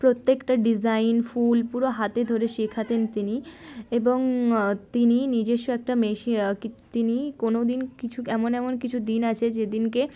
প্রত্যেকটা ডিজাইন ফুল পুরো হাতে ধরে শেখাতেন তিনি এবং তিনি নিজস্ব একটা মেশিন তিনি কোনো দিন কিছু এমন এমন কিছু দিন আছে যেদিনকে